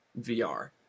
VR